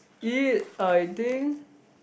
eat I think